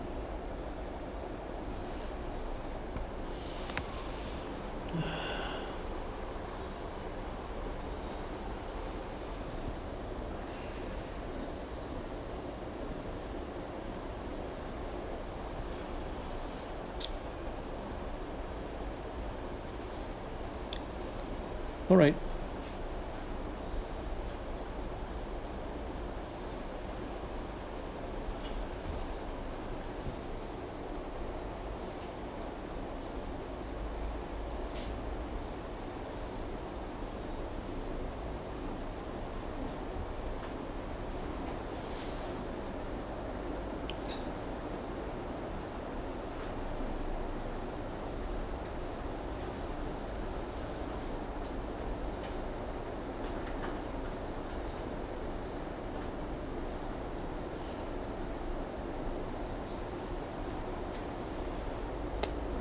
alright